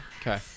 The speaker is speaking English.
Okay